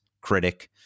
critic